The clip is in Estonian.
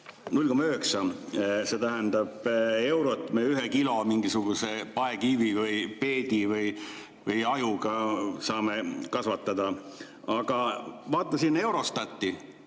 see tähendab, et nii palju me ühe kilo mingisuguse paekivi või peedi või ajuga saame kasvatada. Aga ma vaatasin Eurostatti.